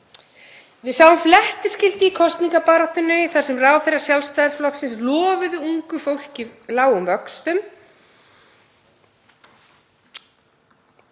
Við sáum flettiskilti í kosningabaráttunni þar sem ráðherrar Sjálfstæðisflokksins lofuðu ungu fólki lágum vöxtum